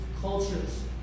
cultures